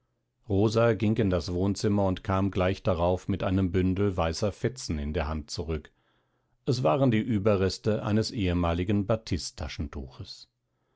rosa ging in das wohnzimmer und kam gleich darauf mit einem bündel weißer fetzen in der hand zurück es waren die ueberreste eines ehemaligen